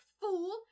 fool